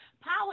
power